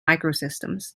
microsystems